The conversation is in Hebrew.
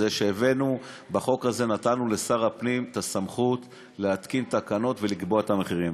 זה שנתנו בחוק הזה לשר הפנים את הסמכות להתקין תקנות ולקבוע את המחירים.